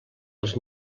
dels